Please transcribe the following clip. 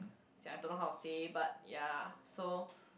is that I don't know to say but ya so